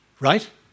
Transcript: right